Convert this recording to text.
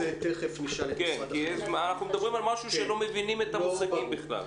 כי אנחנו מדברים על משהו ולא מבינים את המושגים בכלל.